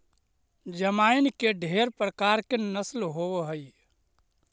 जमाइन के ढेर प्रकार के नस्ल होब हई